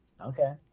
Okay